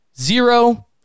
zero